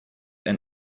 ein